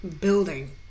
building